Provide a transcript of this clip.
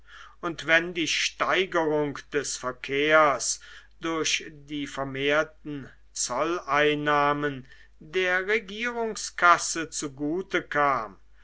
und wenn die steigerung des verkehrs durch die vermehrten zolleinnahmen der regierungskasse zugute kam